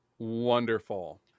Wonderful